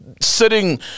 sitting